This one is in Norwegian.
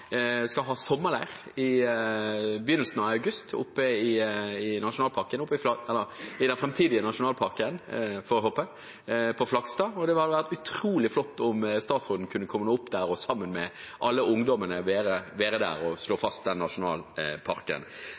skal i begynnelsen av august ha sommerleir i den framtidige nasjonalparken – får jeg håpe – i Flakstad. Det ville vært utrolig flott om statsråden kunne komme opp dit, være der sammen med alle ungdommene og fastslå den nasjonalparken.